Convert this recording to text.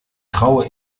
traue